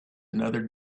another